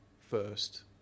first